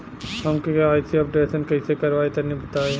हम KYC updation कइसे करवाई तनि बताई?